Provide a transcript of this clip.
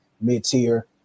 mid-tier